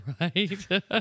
Right